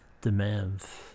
demands